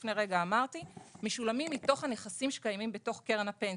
שלפני רגע אמרתי משולמים מתוך הנכסים שקיימים בתוך קרן הפנסיה,